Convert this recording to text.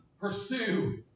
pursue